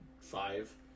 five